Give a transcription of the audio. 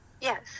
Yes